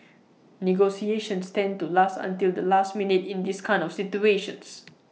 negotiations tend to last until the last minute in these kind of situations